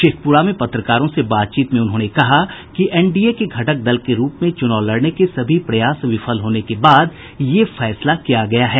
शेखप्रा में पत्रकारों से बातचीत में उन्होंने कहा कि एनडीए के घटक दल के रूप में चूनाव लड़ने के सभी प्रयास विफल होने के बाद यह फैसला किया गया है